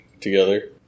together